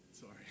Sorry